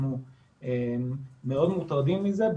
אנחנו מוטרדים מזה מאוד.